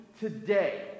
today